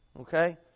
Okay